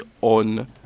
on